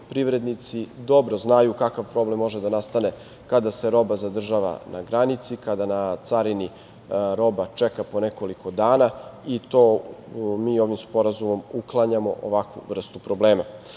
Privrednici dobro znaju kakav problem može da nastane kada se roba zadržava na granici, kada na carini roba čeka po nekoliko dana i to mi ovim sporazumom uklanjamo ovakvu vrstu problema. Na